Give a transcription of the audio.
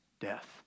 death